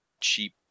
cheap